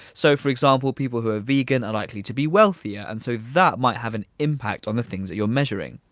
so for example people who are vegan are likely to be wealthier and so that might have an impact on the things that you're measuring.